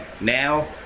now